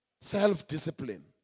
Self-discipline